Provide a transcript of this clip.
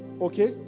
Okay